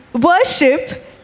worship